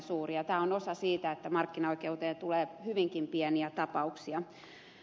tämä on osa sitä että markkinaoikeuteen tulee hyvinkin pieniä tapauksia